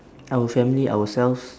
our family ourselves